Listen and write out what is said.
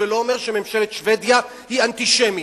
ולא אומר שממשלת שבדיה היא אנטישמית.